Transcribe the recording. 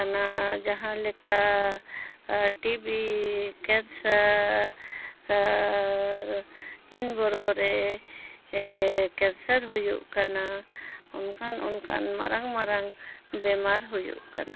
ᱡᱟᱦᱟᱸ ᱞᱮᱠᱟ TB cancer ᱤᱱᱵᱚᱨᱚ ᱨᱮ ᱠᱮᱱᱥᱟᱨ ᱦᱩᱭᱩᱜ ᱠᱟᱱᱟ ᱚᱱᱠᱟᱱ ᱚᱱᱠᱟᱱ ᱢᱟᱨᱟᱝ ᱢᱟᱨᱟᱝ ᱵᱮᱢᱟᱨ ᱦᱩᱭᱩᱜ ᱠᱟᱱᱟ